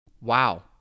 Wow